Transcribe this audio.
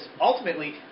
ultimately